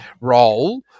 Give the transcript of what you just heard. role